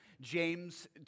James